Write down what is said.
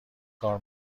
کار